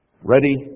ready